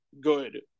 good